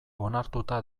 onartuta